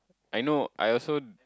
I know I also